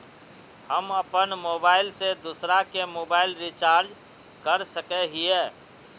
हम अपन मोबाईल से दूसरा के मोबाईल रिचार्ज कर सके हिये?